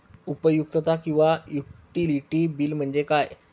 उपयुक्तता किंवा utility bill म्हणजे काय?